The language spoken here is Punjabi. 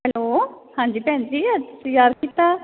ਹੈਲੋ ਹਾਂਜੀ ਭੈਣ ਜੀ ਅੱਜ ਕਿਉਂ ਯਾਦ ਕੀਤਾ